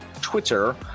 Twitter